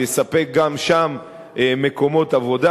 שיספק גם שם מקומות עבודה,